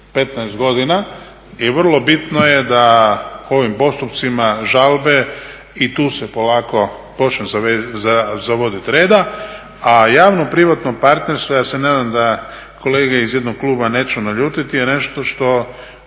godina i vrlo bitno je da ovim postupcima žalbe i tu se polako počne zavoditi reda. A javno privatno partnerstvo ja se nadam da kolegu iz jednog kluba neću naljutiti je nešto što